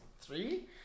three